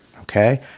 Okay